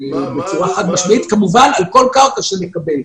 על כל קרקע שנקבל.